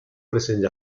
presenti